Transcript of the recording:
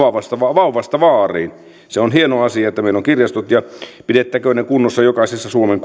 vauvasta vaariin se on hieno asia että meillä on kirjastot ja pidettäkööt ne kunnossa jokaisessa suomen